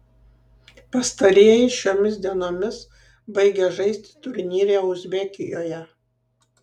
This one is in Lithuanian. pastarieji šiomis dienomis baigia žaisti turnyre uzbekijoje